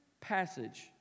passage